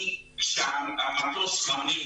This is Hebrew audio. כשהמטוס שם,